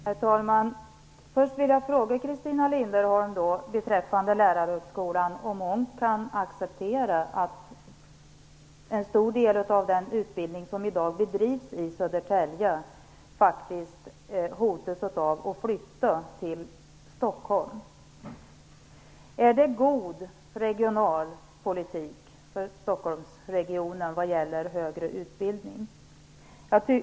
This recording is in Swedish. Herr talman! Först vill jag beträffande lärarhögskolan fråga Christina Linderholm om hon kan acceptera att man hotar att flytta en stor del av den utbildning som i dag bedrivs i Södertälje till Stockholm. Är det en god regional politik för Stokholmsregionen vad gäller den högre utbildningen?